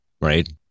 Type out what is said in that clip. right